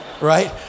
Right